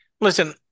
Listen